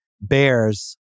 Bears